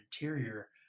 interior